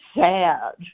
sad